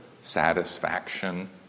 satisfaction